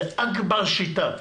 זו אכבר שיטה.